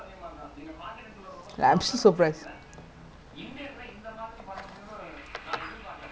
oh but then not so bad in germany I thought the worst is like U_S U_K